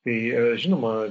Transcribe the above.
kai žinoma